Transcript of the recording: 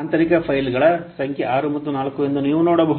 ಆಂತರಿಕ ಫೈಲ್ಗಳ ಸಂಖ್ಯೆ 6 ಮತ್ತು 4 ಎಂದು ನೀವು ನೋಡಬಹುದು